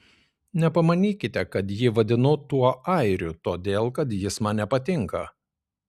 nepamanykite kad jį vadinu tuo airiu todėl kad jis man nepatinka